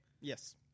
Yes